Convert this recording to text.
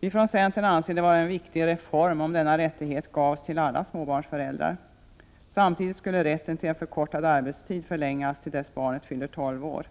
Vi i centern anser att det skulle vara en viktig reform om alla småbarnsföräldrar hade denna rättighet. Samtidigt borde den förkortade arbetstid som man har rätt till förlängas till dess att barnet fyller tolv år.